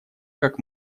как